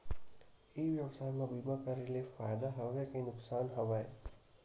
ई व्यवसाय म बीमा करे ले फ़ायदा हवय के नुकसान हवय?